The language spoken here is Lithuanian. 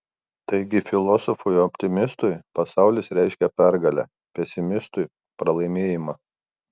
taigi filosofui optimistui pasaulis reiškia pergalę pesimistui pralaimėjimą